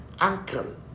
uncle